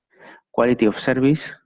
quality of service,